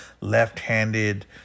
left-handed